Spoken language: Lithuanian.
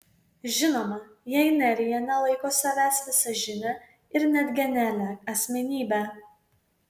žinoma jei nerija nelaiko savęs visažine ir net genialia asmenybe